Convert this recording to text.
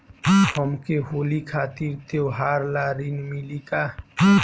हमके होली खातिर त्योहार ला ऋण मिली का?